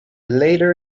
later